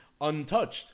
untouched